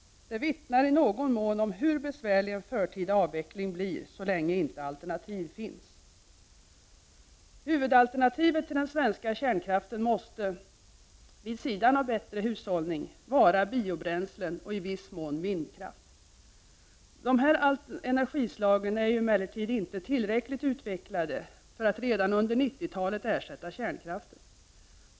Det vittnar i någon mån om hur besvärlig en förtida avveckling blir, så länge inte alternativ finns. Huvudalternativet till den svenska kärnkraften måste — vid sidan av bättre hushållning — vara biobränslen och i viss mån vindkraft. Dessa energislag är emellertid inte tillräckligt utvecklade för att redan under 1990-talet ersätta kärnkraften.